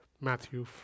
Matthew